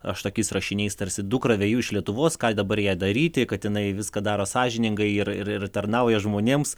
aš tokiais rašiniais tarsi dukrą veju iš lietuvos ką dabar jai daryti kad jinai viską daro sąžiningai ir ir ir tarnauja žmonėms